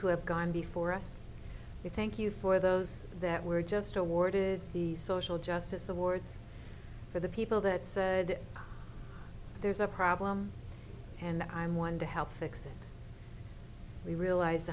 who have gone before us we thank you for those that were just awarded the social justice awards for the people that said there's a problem and i'm one to help fix it we realize